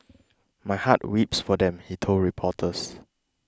my heart weeps for them he told reporters